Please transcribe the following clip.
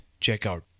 checkout